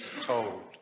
told